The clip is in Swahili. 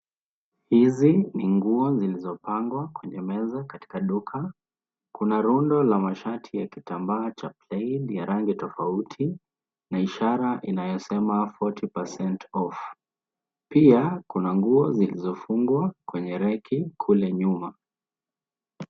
Hizi ni nguo zilizopangwa kwenye meza katika duka. Kuna rundo la mashati ya kitambaa cha plaid ya rangi tofauti na ishara inayosema forty percent off . Pia kuna nguo zilizofungwa kwenye reki kule nyuma.